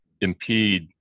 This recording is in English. impede